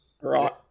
right